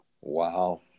Wow